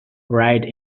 ride